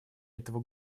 этого